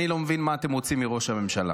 אני לא מבין מה אתם רוצים מראש הממשלה.